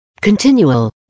Continual